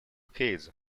kids